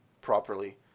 properly